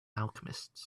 alchemists